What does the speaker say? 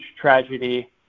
tragedy